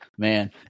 Man